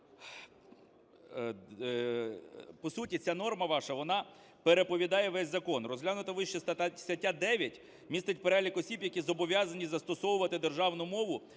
По суті ця норма ваша, вона переповідає весь закон. Розглянута вище стаття 9 містить перелік осіб, які зобов'язані застосовувати державну мову